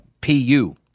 P-U